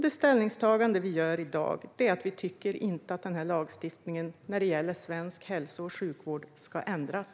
Det ställningstagande vi gör i dag är att vi inte tycker att lagstiftningen när det gäller svensk hälso och sjukvård ska ändras.